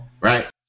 right